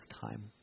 time